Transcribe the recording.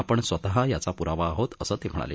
आपण स्वतः य़ाचा प्रावा आहोत असं ते म्हणाले